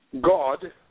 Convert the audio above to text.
God